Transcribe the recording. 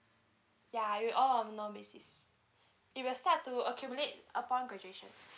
ya it'll all of none basis it will start to accumulate upon graduation